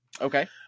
Okay